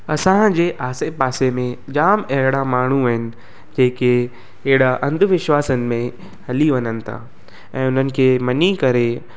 असांजे आसे पासे में जाम अहिड़ा माण्हू आहिनि जेके अहिड़ा अंधविश्वासनि में हली वञनि ता ऐं उन्हनि खे मञी करे